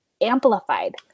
amplified